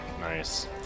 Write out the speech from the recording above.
Nice